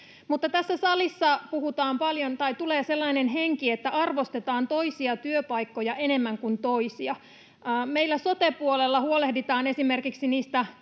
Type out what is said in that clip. Mutta tässä salissa tulee sellainen henki, että arvostetaan toisia työpaikkoja enemmän kuin toisia. Meillä sote-puolella huolehditaan esimerkiksi